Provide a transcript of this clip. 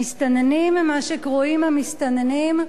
המסתננים או מה שקרויים "המסתננים"